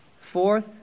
Fourth